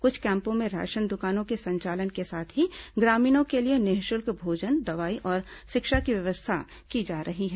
कुछ कैम्पों में राशन दुकानों के संचालन के साथ ही ग्रामीणों के लिए निःशुल्क भोजन दवाई और शिक्षा की व्यवस्था की जा रही है